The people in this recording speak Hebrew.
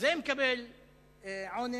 זה מקבל עונש,